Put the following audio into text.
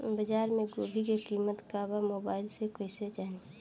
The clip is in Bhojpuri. बाजार में गोभी के कीमत का बा मोबाइल से कइसे जानी?